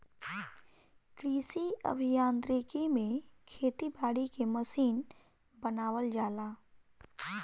कृषि अभियांत्रिकी में खेती बारी के मशीन बनावल जाला